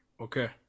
Okay